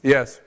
Yes